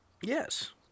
Yes